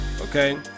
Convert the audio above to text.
okay